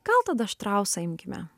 gal tada štrausą imkime